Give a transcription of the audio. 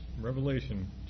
Revelation